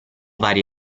varie